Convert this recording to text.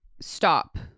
stop